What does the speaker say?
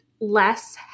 less